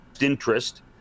interest